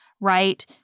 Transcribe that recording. right